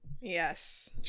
Yes